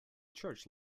church